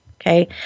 Okay